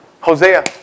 Hosea